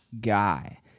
guy